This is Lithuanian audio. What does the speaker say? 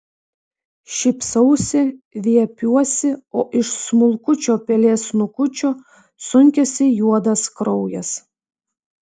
šypsausi viepiuosi o iš smulkučio pelės snukučio sunkiasi juodas kraujas